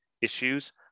issues